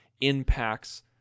impacts